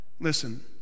listen